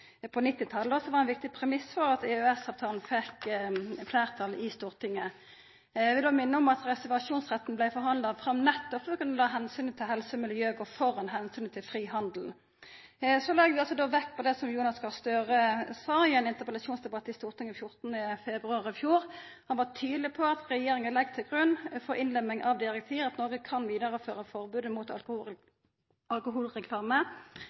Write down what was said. på 1990-talet, og som var ein viktig premiss for at EØS-avtalen fekk fleirtal i Stortinget. Eg vil då minna om at reservasjonsretten blei forhandla fram nettopp for å kunna la omsynet til helse og miljø gå føre omsynet til fri handel. Så legg vi vekt på det som Jonas Gahr Støre sa i ein interpellasjonsdebatt i Stortinget 14. februar i fjor. Han var tydeleg på at regjeringa legg til grunn for å innlemme direktivet at Noreg kan vidareføra forbodet mot alkoholreklame